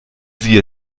sie